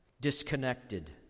disconnected